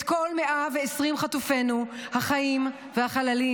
את כל 120 חטופינו החיים והחללים,